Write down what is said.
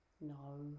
No